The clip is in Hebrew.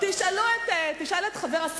אפילו לא יורשע,